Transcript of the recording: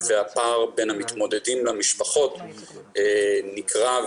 והפער בין המתמודדים למשפחות נקרע,